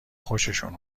خوششون